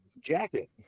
jacket